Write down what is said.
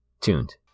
tuned